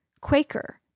quaker